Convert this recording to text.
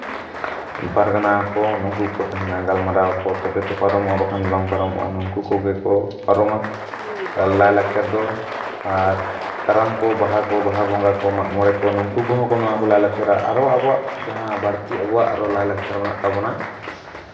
ᱯᱟᱨᱜᱟᱱᱟ ᱠᱚ ᱩᱱᱠᱩ ᱠᱚᱠᱚ ᱛᱟᱦᱮᱱᱟ ᱜᱟᱞᱢᱟᱨᱟᱣ ᱟᱠᱚ ᱛᱚᱵᱮ ᱛᱚ ᱯᱟᱨᱚᱢᱚᱜᱼᱟ ᱵᱟᱠᱷᱟᱱ ᱫᱚ ᱵᱟᱝ ᱯᱟᱨᱚᱢᱚᱜᱼᱟ ᱱᱩᱠᱩ ᱠᱚᱜᱮ ᱠᱚ ᱯᱟᱨᱚᱢᱟ ᱟᱨ ᱞᱟᱭᱼᱞᱟᱠᱪᱟᱨ ᱫᱚ ᱟᱨ ᱠᱟᱨᱟᱢ ᱠᱚ ᱵᱟᱦᱟ ᱠᱚ ᱵᱟᱦᱟ ᱵᱚᱸᱜᱟ ᱠᱚ ᱢᱟᱜ ᱢᱚᱬᱮ ᱠᱚ ᱱᱩᱝᱠᱩ ᱠᱚᱦᱚᱸ ᱠᱚ ᱱᱚᱣᱟ ᱠᱚ ᱞᱟᱭᱼᱞᱟᱠᱪᱟᱨᱟ ᱟᱨᱚ ᱟᱵᱚᱣᱟᱜ ᱡᱟᱦᱟᱸ ᱵᱟᱹᱲᱛᱤ ᱟᱵᱚᱣᱟᱜ ᱞᱟᱭᱼᱞᱟᱠᱪᱟᱨ ᱢᱮᱱᱟᱜ ᱛᱟᱵᱚᱱᱟ